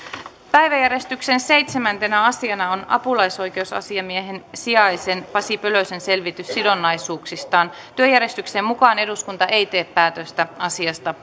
päiväjärjestyksen seitsemäntenä asiana on apulaisoikeusasiamiehen sijaisen pasi pölösen selvitys sidonnaisuuksistaan työjärjestyksen mukaan eduskunta ei tee päätöstä asiasta